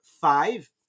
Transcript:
five